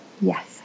Yes